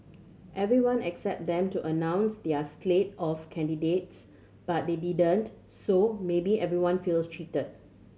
everyone excepted them to announce their slate of candidates but they didn't so maybe everyone feels cheated